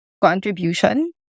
contribution